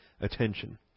attention